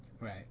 Right